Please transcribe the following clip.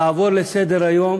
לעבור לסדר-היום